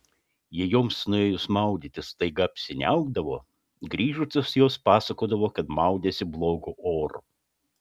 jei joms nuėjus maudytis staiga apsiniaukdavo grįžusios jos pasakodavo kad maudėsi blogu oru